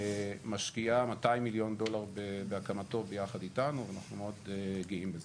משקיעה 200 מיליון דולר בהקמתו ביחד איתנו ואנחנו מאוד גאים בזה.